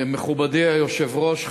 מכובדי היושב-ראש,